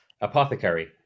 Apothecary